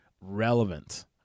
relevant